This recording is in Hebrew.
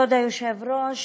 כבוד היושב-ראש,